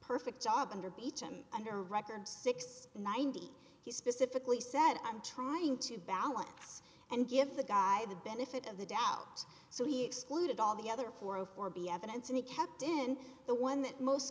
perfect job under beecham under record six ninety he specifically said i'm trying to balance and give the guy the benefit of the doubt so he excluded all the other four o four b evidence and he kept in the one that most